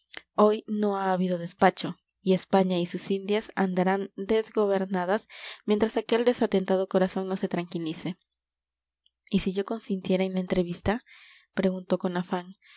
hoy no ha habido despacho y españa y sus indias andarán desgobernadas mientras aquel desatentado corazón no se tranquilice y si yo consintiera en la entrevista preguntó con afán